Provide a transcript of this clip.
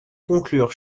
conclure